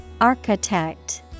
Architect